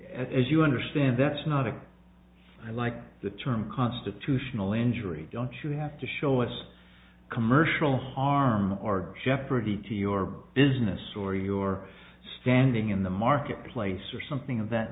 as you understand that's not a i like the term constitutional injury don't you have to show us commercial harm or jeopardy to your business or your standing in the marketplace or something of that